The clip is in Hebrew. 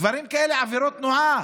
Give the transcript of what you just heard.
בדברים כאלה, בעבירות תנועה,